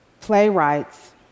playwrights